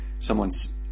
someone's